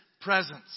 presence